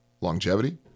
longevity